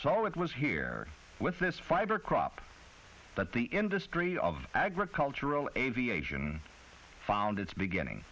so it was here with this fiber crop that the industry of agricultural aviation found its beginning